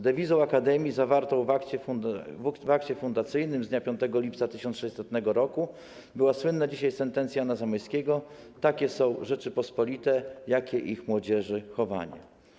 Dewizą akademii zawartą w akcie fundacyjnym z dnia 5 lipca 1600 r. była słynna dzisiaj sentencja Jana Zamoyskiego: „Takie są Rzeczypospolite, jakie ich młodzieży chowanie”